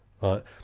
right